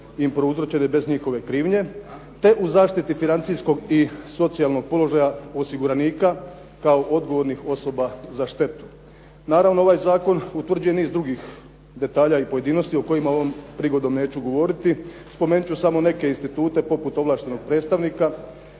im prouzročene bez njihove krivnje, te u zaštiti financijskog i socijalnog položaja osiguranika kao odgovornih osoba za štetu. Naravno ovaj zakon utvrđuje niz drugih detalja i pojedinosti o kojima ovom prigodom neću govoriti. Spomenut ću samo neke institute poput ovlaštenog predstavnika,